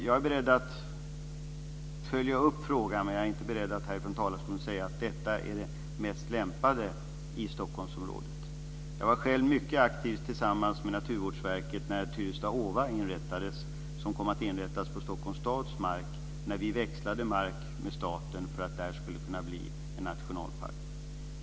Jag är beredd att följa upp frågan, men jag är inte beredd att här från talarstolen säga att detta är det mest lämpade området i Jag var själv mycket aktiv tillsammans med Naturvårdsverket när Tyresta-Åva inrättades, som kom att inrättas på Stockholms stads mark, när vi växlade mark med staten för att där skulle bli en nationalpark.